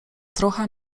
trocha